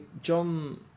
John